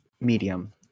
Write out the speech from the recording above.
medium